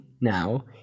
now